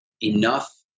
enough